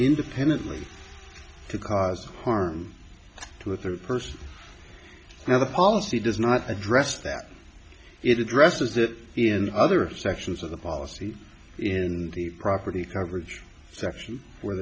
independently to cause harm to a third person now the policy does not address that it is dresses that in other sections of the policy in the property coverage section where